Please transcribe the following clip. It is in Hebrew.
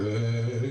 כן.